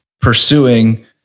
pursuing